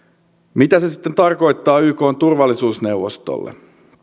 mitä se se sitten tarkoittaa ykn turvallisuusneuvostolle